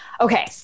Okay